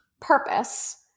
purpose